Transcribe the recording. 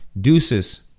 deuces